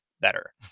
better